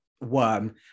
worm